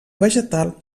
vegetal